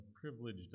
privileged